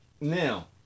now